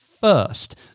first